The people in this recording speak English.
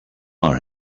are